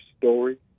story